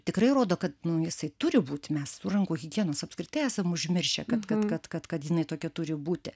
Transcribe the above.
tikrai rodo kad nu jisai turi būti mes tų rankų higienos apskritai esam užmiršę kad kad kad kad kad jinai tokia turi būti